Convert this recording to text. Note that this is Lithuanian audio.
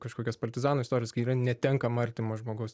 kažkokias partizanų istorijas kai yra netenkama artimo žmogaus